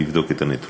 לבדוק את הנתונים,